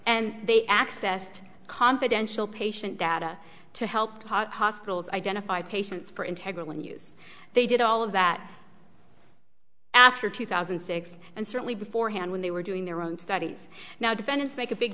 and they accessed confidential patient data to help hospitals identify patients for integra when used they did all of that after two thousand and six and certainly beforehand when they were doing their own studies now defendants make a big